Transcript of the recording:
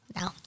No